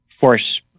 force